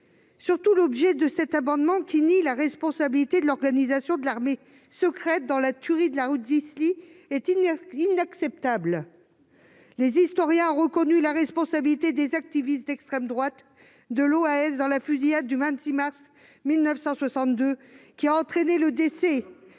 surtout l'objet de ces amendements, niant la responsabilité de l'Organisation armée secrète (OAS) dans la tuerie de la rue d'Isly, qui est inacceptable. Les historiens ont reconnu la responsabilité des activistes d'extrême droite de l'OAS dans la fusillade du 26 mars 1962, ayant entraîné le décès